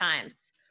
times